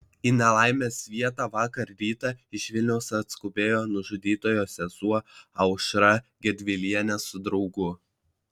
į nelaimės vietą vakar rytą iš vilniaus atskubėjo nužudytojo sesuo aušra gedvilienė su draugu